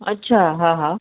अच्छा हा हा